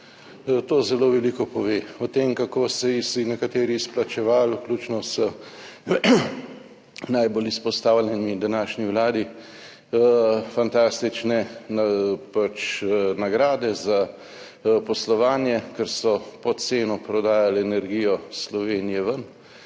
To zelo veliko pove o tem, kako ste si nekateri izplačevali, vključno z najbolj izpostavljenimi v današnji vladi, fantastične nagrade za poslovanje, ker so pod ceno prodajali energijo Slovenije ven,